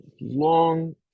long